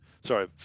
Sorry